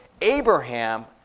Abraham